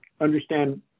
understand